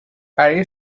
برای